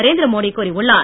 நரேந்திரமோடி கூறியுள்ளார்